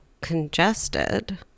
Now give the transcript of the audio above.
congested